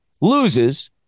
loses